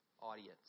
audience